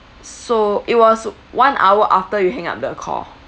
so it was one hour after you hang up the call